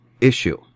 issue